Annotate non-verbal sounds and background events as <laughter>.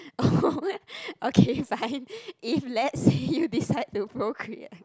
<laughs> okay fine if let's say you decide to procreate